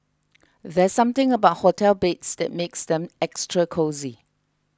there's something about hotel beds that makes them extra cosy